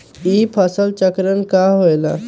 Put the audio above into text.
ई फसल चक्रण का होला?